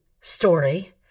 story